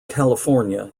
california